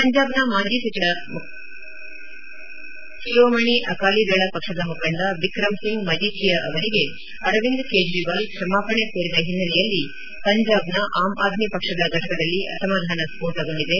ಪಂಜಾಬ್ನ ಮಾಜಿ ಸಚಿವ ಹಾಗೂ ಶಿರೋಮಣಿ ಅಕಾಲಿದಳ ಪಕ್ಷದ ಮುಖಂಡ ಬಿಕ್ರಮ್ ಸಿಂಗ್ ಮಜಿಥಿಯಾ ಅವರಿಗೆ ಅರವಿಂದ್ ಕೇಜ್ರವಾಲ್ ಕ್ಷಮಾಪಣೆ ಕೋರಿದ ಹಿನ್ನೆಲೆಯಲ್ಲಿ ಪಂಜಾಬ್ನ ಆಮ್ ಆದ್ಮಿ ಪಕ್ಷದ ಫಟಕದಲ್ಲಿ ಅಸಮಾಧಾನ ಸ್ವೋಟಗೊಂಡಿದೆ